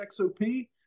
XOP